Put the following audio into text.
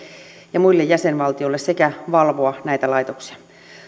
ja muille jäsenvaltioille sekä valvoa näitä laitoksia